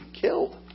killed